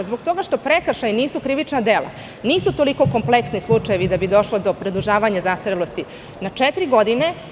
Zbog toga što prekršaji nisu krivična dela i nisu toliko kompleksni slučajevi da bi došlo do produžavanja zastarelosti na četiri godine.